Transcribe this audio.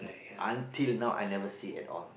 until now I never see at all